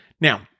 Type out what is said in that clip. Now